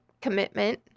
commitment